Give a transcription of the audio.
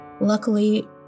Luckily